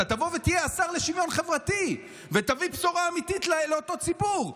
שאתה תבוא ותהיה השר לשוויון חברתי ותביא בשורה אמיתית לאותו ציבור.